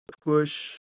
push